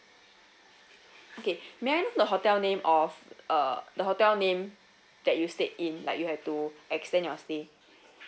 okay may I know the hotel name of uh the hotel name that you stayed in like you have to extend your stay